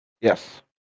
Yes